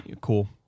cool